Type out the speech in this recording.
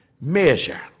measure